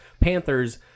Panthers